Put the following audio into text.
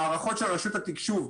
בהערכות של רשות התקשוב,